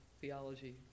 theology